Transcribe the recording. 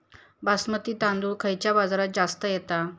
बासमती तांदूळ खयच्या राज्यात जास्त येता?